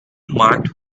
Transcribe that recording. marked